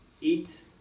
eat